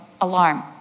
alarm